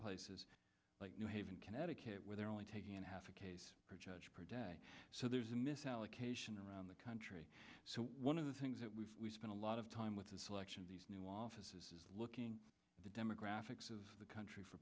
places like new haven connecticut where they're only taking half a case for judge per day so there's a misallocation around the country so one of the things that we've spent a lot of time with the selection of these new offices is looking at the demographics of the country for